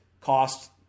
cost